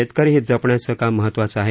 शेतकरी हित जपण्याचे काम महत्वाचं आहे